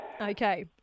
Okay